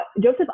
Joseph